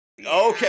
okay